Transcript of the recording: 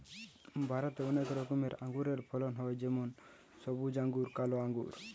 ভারতে অনেক রকমের আঙুরের ফলন হয় যেমন সবুজ আঙ্গুর, কালো আঙ্গুর